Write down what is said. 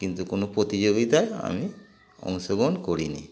কিন্তু কোনো প্রতিযোগিতা আমি অংশগ্রহণ করিনি